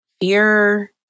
fear